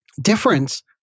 Difference